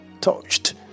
touched